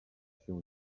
się